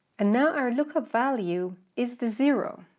and now our lookup value is the zero,